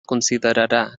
considerarà